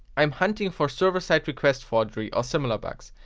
i'm hunting for server-side-request-forgery, or similar bugs.